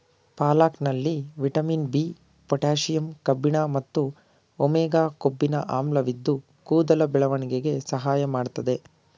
ಪಾಲಕಲ್ಲಿ vitamin B, potassium ಕಬ್ಬಿಣ ಮತ್ತು omega ಕೊಬ್ಬಿನ ಆಮ್ಲವಿದ್ದು ಕೂದಲ ಬೆಳವಣಿಗೆಗೆ ಸಹಾಯ ಮಾಡ್ತದೆ